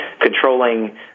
controlling